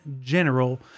general